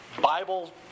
Bible